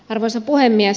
arvoisa puhemies